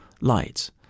light